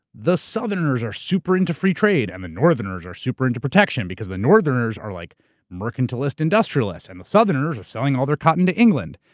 the southerners are super into free trade. and the northerners are super into protection because of northerners are like mercantilist industrialist and the southerners are selling all their cotton to england.